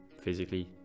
physically